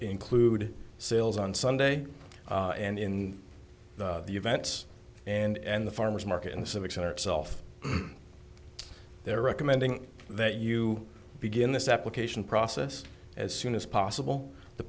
include sales on sunday and in the events and the farmer's market in the civic center itself they're recommending that you begin this application process as soon as possible the